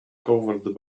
covered